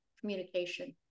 communication